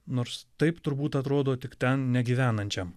nors taip turbūt atrodo tik ten negyvenančiam